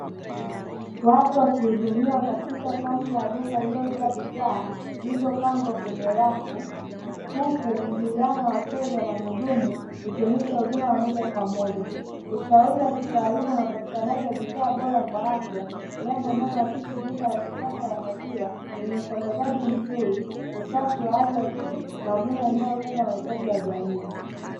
Watu wakihudumiwa katika kaunta ya duka lililojaa bidhaa zilizopangwa kwenye rafu, huku mwingiliano wa wateja na wahudumu ukionyesha huduma ya moja kwa moja. Ushauri wa kitaalamu na upatikanaji wa bidhaa bora kwa afya, jambo linaloakisi duka la kisasa la maziwa, lenye usambazaji mzuri, usafi wa hali ya juu, na huduma inayolenga mahitaji ya jamii.